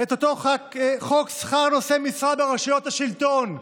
את אותו חוק שכר נושאי משרה ברשויות השלטון,